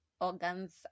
organs